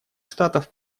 штатов